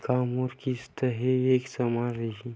का मोर किस्त ह एक समान रही?